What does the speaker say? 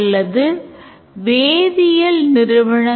இப்போது class வரைபடத்தைப் பார்ப்போம்